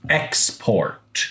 export